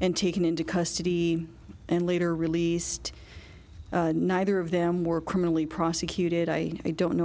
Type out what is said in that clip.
and taken into custody and later released neither of them were criminally prosecuted i don't know